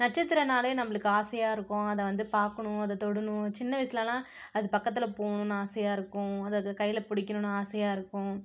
நட்சத்திரன்னாலே நம்மளுக்கு ஆசையாக இருக்கும் அதை வந்து பாக்கணும் அதை தொடணும் சின்ன வயசிலலாம் அது பக்கத்தில் போகணுன்னு ஆசையாக இருக்கும் அது அது கையில் பிடிக்கணுன்னு ஆசையாக இருக்கும்